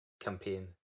campaign